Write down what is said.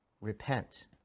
repent